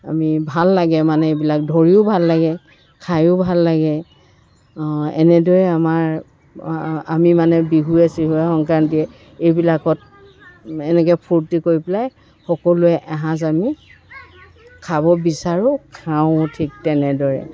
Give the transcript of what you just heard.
আমি ভাল লাগে মানে এইবিলাক ধৰিও ভাল লাগে এনেদৰে আমাৰ আমি মানে বিহুৱে চিহুৱে সংক্ৰান্তিয়ে এইবিলাকত এনেকৈ ফূৰ্ত্তি কৰি পেলাই সকলোৱে এসাঁজ আমি খাব বিচাৰোঁ খাওঁ ঠিক তেনেদৰে